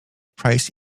price